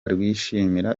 rwishimira